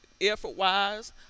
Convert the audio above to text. effort-wise